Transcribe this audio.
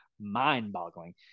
mind-boggling